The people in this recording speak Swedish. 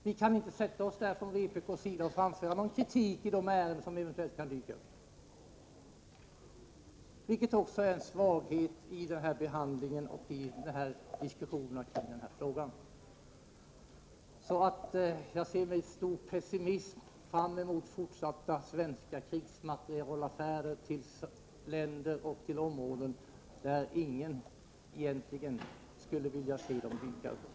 Vi kan inte sätta oss där från vpk:s sida och framföra någon kritik i de ärenden som eventuellt kan dyka upp — vilket också är en svaghet i diskussionerna om de här frågorna. Jag ser alltså med stor pessimism fram emot fortsatta svenska krigsmaterielaffärer med länder och områden där egentligen ingen skulle vilja se de svenska produkterna dyka upp.